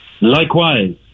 Likewise